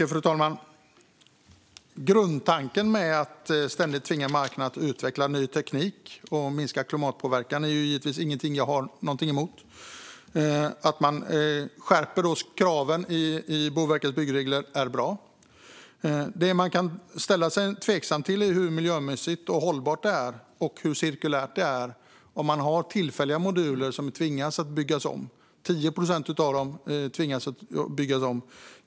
Fru talman! Grundtanken att tvinga marknaden att ständigt utveckla ny teknik för att minska klimatpåverkan har jag givetvis ingenting emot. Att man skärper kraven i Boverkets byggregler är bra. Det man kan ställa sig tveksam till är hur miljömässigt hållbart och cirkulärt det är att tillfälliga moduler måste byggas om. 10 procent måste byggas om.